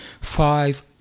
Five